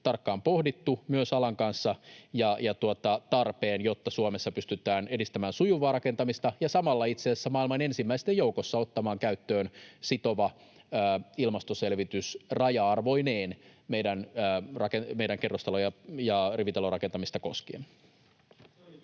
tarkkaan pohdittu myös alan kanssa, ja tarpeen, jotta Suomessa pystytään edistämään sujuvaa rakentamista ja samalla itse asiassa maailman ensimmäisten joukossa ottamaan käyttöön sitova ilmastoselvitys raja-arvoineen meidän kerrostalo- ja rivitalorakentamista koskien.